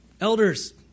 Elders